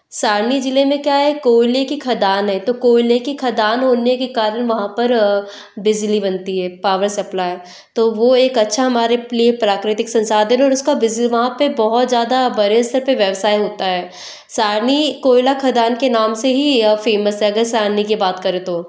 सारनी जिले में क्या है कोयले की खदान है तो कोयले की खदान होने के कारण वहाँ पर बिजली बनती है पावर सप्लायर तो वो एक अच्छा हमारे लिए प्राकृतिक संसाधन और उसका विज वहाँ पर बहुत ज्यादा बड़े स्तर पर व्यवसाय होता है सारनी कोयला खदान के नाम से ही यह फेमस है अगर सारनी की बात करें तो